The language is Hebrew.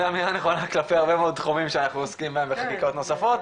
זה אמירה נכונה כלפי אירועים רבים שאנחנו עוסקים בהם וחקיקות נוספות